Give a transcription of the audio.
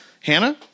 Hannah